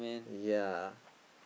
yea